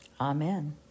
Amen